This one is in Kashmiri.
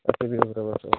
اَدٕ کیٛاہ بِہِو رۄبَس حوال